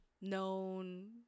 known